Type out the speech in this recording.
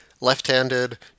left-handed